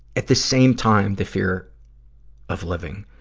at the same time, the fear of living.